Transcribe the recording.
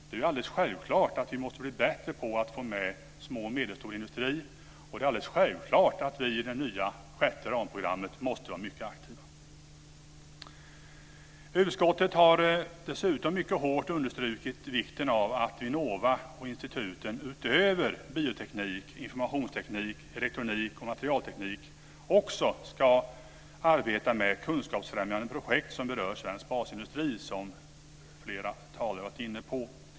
Det är alldeles självklart att vi måste bli bättre på att få med liten och medelstor industri, och det är alldeles självklart att vi i det nya sjätte ramprogrammet måste vara mycket aktiva. Utskottet har dessutom mycket hårt understrukit vikten av att Vinnova och instituten utöver bioteknik, informationsteknik, elektronik och materialteknik ska arbeta med kunskapsfrämjande projekt som berör svensk basindustri, som flera talare varit inne på.